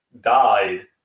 died